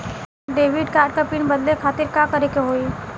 Debit card क PIN बदले खातिर का करेके होई?